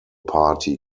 party